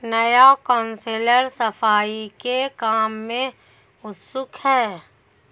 नया काउंसलर सफाई के काम में उत्सुक है